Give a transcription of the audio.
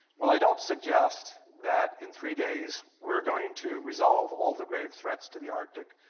while i don't suggest that in three days we're going to resolve all the grave threats to the arctic.